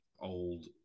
old